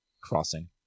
crossing